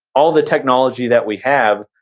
all the technology that we have,